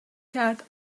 کرد